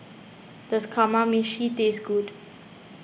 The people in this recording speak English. does Kamameshi taste good